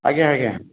ଆଜ୍ଞା ଆଜ୍ଞା